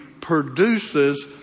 produces